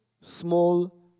small